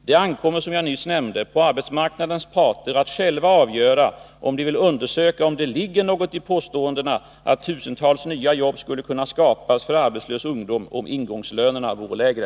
Det ankommer, som jag nyss nämnde, på arbetsmarknadens parter att själva avgöra om de vill undersöka om det ligger något i påståendena att tusentals nya jobb skulle kunna skapas för arbetslös ungdom om ingångslönerna vore lägre.